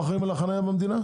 אתם לא אחראים על החנייה במדינה?